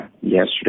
yesterday